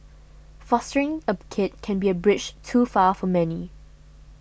fostering a kid can be a bridge too far for many